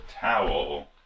towel